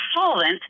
solvent